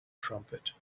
trumpet